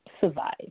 survive